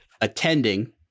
attending